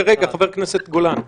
חבר הכנסת גולן,